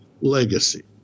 legacy